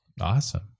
awesome